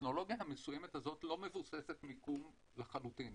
הטכנולוגיה המסוימת הזאת לא מבוססת מיקום לחלוטין.